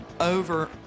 over